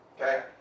Okay